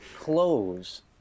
clothes